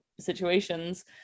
situations